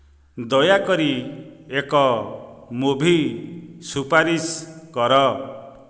ଦୟାକରି ଏକ ମୁଭି ସୁପାରିଶ କର